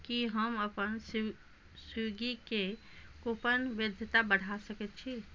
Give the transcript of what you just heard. की हम अपन स्वी स्विग्गीके कूपन वैधता बढ़ा सकैत छी